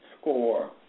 score